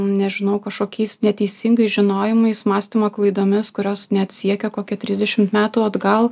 nežinau kažkokiais neteisingai žinojimais mąstymo klaidomis kurios net siekia kokią trisdešimt metų atgal